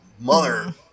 mother